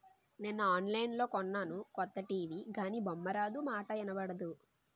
నిన్న ఆన్లైన్లో కొన్నాను కొత్త టీ.వి గానీ బొమ్మారాదు, మాటా ఇనబడదు